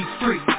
free